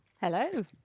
Hello